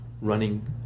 running